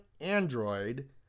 Android